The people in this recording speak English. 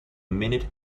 minute